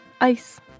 Ice